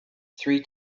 three